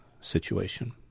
situation